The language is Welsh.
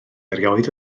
erioed